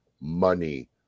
money